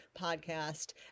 podcast